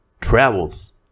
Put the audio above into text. travels